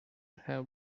have